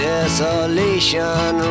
Desolation